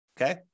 Okay